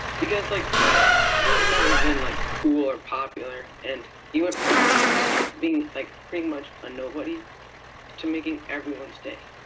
because like he's never been, like, cool or popular, and he went from being, like, pretty much a nobody to making everyone's day.